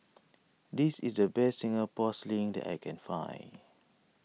this is the best Singapore Sling that I can find